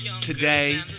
today